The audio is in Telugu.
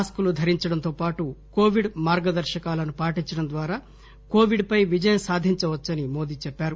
మాస్కులు ధరించడంతో పాటు కోవిడ్ మార్దదర్శకాలను పాటించడం ద్వారా కోవిడ్ పై విజయం సాధించవచ్చని మోదీ చెప్పారు